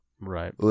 Right